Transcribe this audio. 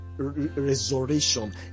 Resurrection